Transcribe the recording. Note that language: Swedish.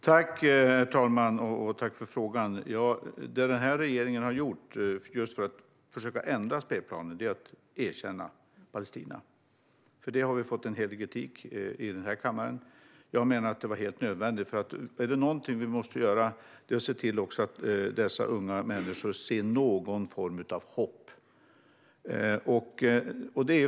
Herr talman! Tack för frågan, Yasmine Posio Nilsson! Den här regeringen har erkänt Palestina just för att försöka ändra spelplanen. För det har vi fått en hel del kritik i den här kammaren. Jag menar att det var helt nödvändigt. Om det är något vi måste göra är det nämligen att se till att dessa unga människor ser någon form av hopp.